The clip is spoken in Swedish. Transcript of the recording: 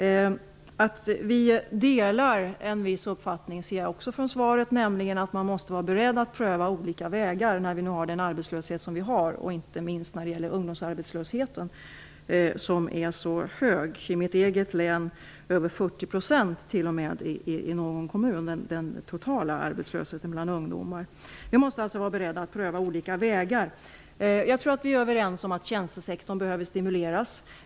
Jag förstår av svaret att vi delar en viss uppfattning, nämligen att man måste vara beredd att pröva olika vägar när arbetslösheten är som den är, inte minst med tanke på ungdomsarbetslösheten, som är så hög. I mitt eget län ligger den totala arbetslösheten för ungdomar på över 40 % i någon kommun. Vi måste alltså vara beredda att pröva olika vägar. Jag tror att vi är överens om att tjänstesektorn behöver stimuleras.